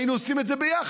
היינו עושים את זה ביחד.